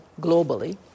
globally